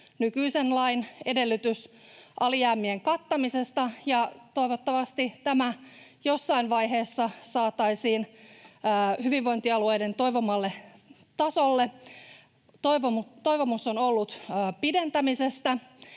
nykyisen lain edellytys alijäämien kattamisesta, ja toivottavasti tämä jossain vaiheessa saataisiin hyvinvointialueiden toivomalle tasolle. Toivomus on ollut pidentämisestä,